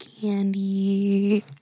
candy